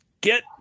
get –